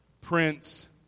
Prince